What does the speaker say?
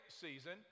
season